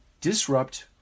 Disrupt